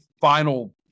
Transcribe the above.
final